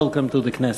Welcome to the Knesset.